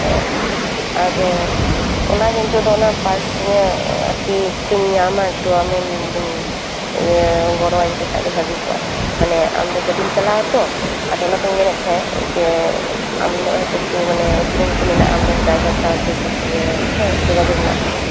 ᱦᱮᱸ ᱟᱫᱚ ᱚᱱᱟ ᱜᱮ ᱱᱤᱛᱚᱜ ᱫᱚ ᱚᱱᱟ ᱯᱟᱨᱥ ᱤᱧᱟᱹᱜ ᱟᱨᱠᱤ ᱪᱤᱠᱟᱹᱧ ᱧᱟᱢᱟ ᱮᱠᱴᱩ ᱟᱢᱮᱢ ᱡᱩᱫᱤᱢ ᱤᱭᱟᱹ ᱜᱚᱲᱚ ᱟᱹᱧ ᱠᱮᱠᱷᱟᱡ ᱫᱚ ᱵᱷᱟᱹᱜᱤ ᱠᱚᱜᱼᱟ ᱢᱟᱱᱮ ᱟᱢ ᱫᱚ ᱜᱟᱹᱰᱤᱢ ᱪᱟᱞᱟᱣ ᱟᱛᱚ ᱟᱫᱚ ᱚᱱᱟ ᱛᱤᱧ ᱢᱮᱱᱮᱫ ᱛᱟᱦᱮᱸᱫ ᱡᱮ ᱟᱢ ᱫᱚ ᱦᱚᱭᱛᱚ ᱮᱠᱴᱩ ᱢᱟᱱᱮ ᱩᱯᱨᱩᱢ ᱠᱚ ᱢᱮᱱᱟᱜᱼᱟ ᱟᱢᱨᱮᱱ ᱰᱟᱭᱵᱷᱟᱨ ᱥᱟᱶᱛᱮ ᱤᱭᱟᱹ ᱡᱳᱜᱟᱡᱳᱜᱽ ᱢᱮᱱᱟᱜ ᱛᱟᱢᱟ